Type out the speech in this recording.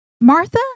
Martha